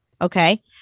okay